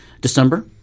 December